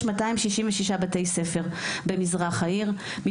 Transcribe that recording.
יש 266 בתי ספר במזרח העיר,